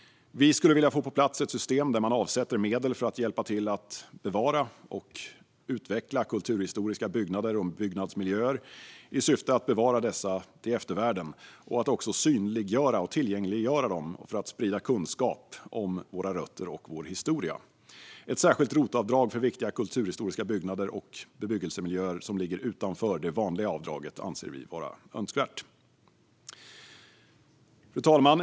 Vi skulle vilja få på plats ett system där man avsätter medel för att hjälpa till att bevara och utveckla kulturhistoriska byggnader och byggnadsmiljöer i syfte att bevara dessa till eftervärlden och också synliggöra och tillgängliggöra dem och för att sprida kunskap om våra rötter och vår historia. Ett särskilt ROT-avdrag för viktiga kulturhistoriska byggnader och bebyggelsemiljöer som ligger utanför det vanliga avdraget anser vi vara önskvärt. Fru talman!